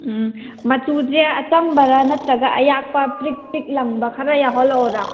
ꯎꯝ ꯃꯆꯨꯁꯦ ꯑꯆꯝꯕꯔꯥ ꯅꯠꯇ꯭ꯔꯒ ꯑꯌꯥꯛꯄ ꯇ꯭ꯔꯤꯛ ꯇ꯭ꯔꯤꯛ ꯂꯪꯕ ꯈꯔ ꯌꯥꯎꯍꯜꯂꯛꯂꯣꯔꯥ